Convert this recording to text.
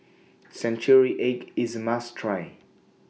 Century Egg IS A must Try